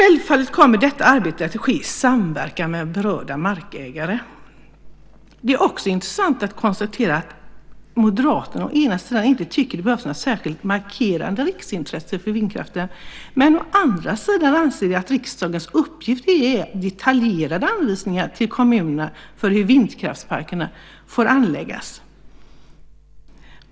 Självfallet kommer detta arbete att ske i samverkan med berörda markägare. Det är intressant att konstatera att Moderaterna å ena sidan inte tycker att det behövs några särskilt markerade riksintressen för vindkraften. Å andra sidan anser de att riksdagens uppgift är att ge detaljerade anvisningar till kommunerna om hur vindkraftsparkerna får anläggas.